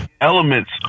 elements